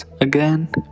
again